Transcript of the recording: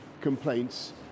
complaints